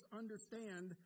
understand